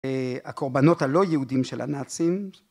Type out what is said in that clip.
הקורבנות הלא יהודים של הנאצים